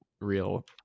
real